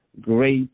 great